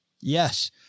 Yes